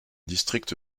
district